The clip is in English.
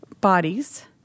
bodies